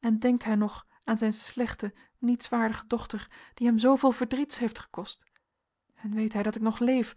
en denkt hij nog aan zijn slechte nietswaardige dochter die hem zooveel verdriets heeft gekost en weet hij dat ik nog leef